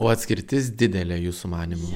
o atskirtis didelė jūsų manymu